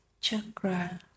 Chakra